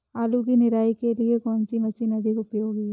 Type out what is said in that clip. आलू की निराई के लिए कौन सी मशीन अधिक उपयोगी है?